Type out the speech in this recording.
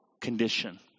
condition